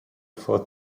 for